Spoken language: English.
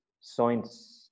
science